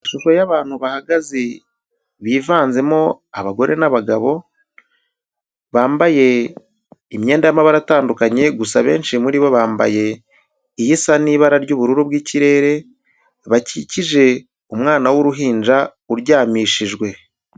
Ishusho y'abantu bahagaze bivanzemo abagore n'abagabo, bambaye imyenda y'amabara atandukanye, gusa abenshi muri bo bambaye isa n'ibara ry'ubururu bw'ikirere, bakikije umwana w'uruhinja uryamishijwe.